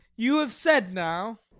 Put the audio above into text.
you have said now.